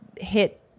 hit